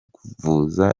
kuvuza